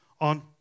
on